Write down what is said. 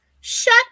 Shut